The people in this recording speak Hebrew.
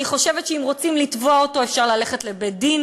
אני חושבת שאם רוצים לתבוע אותו אפשר ללכת לבית-דין